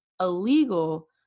illegal